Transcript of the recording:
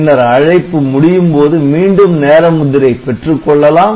பின்னர் அழைப்பு முடியும்போது மீண்டும் நேர முத்திரை பெற்றுக்கொள்ளலாம்